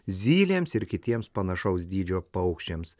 zylėms ir kitiems panašaus dydžio paukščiams